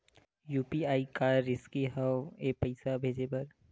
UPI का रिसकी हंव ए पईसा भेजे बर?